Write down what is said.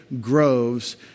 groves